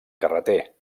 carreter